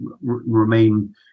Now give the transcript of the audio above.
remain